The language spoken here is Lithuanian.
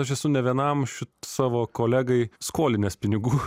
aš esu ne vienam šit savo kolegai skolinęs pinigų